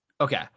Okay